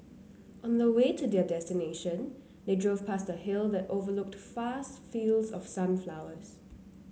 on the way to their destination they drove past a hill that overlooked vast fields of sunflowers